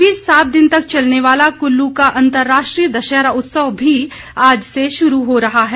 इस बीच सात दिन तक चलने वाला कुल्लू का अंतर्राष्ट्रीय दशहरा उत्सव भी आज से शुरू हो रहा है